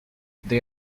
they